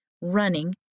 running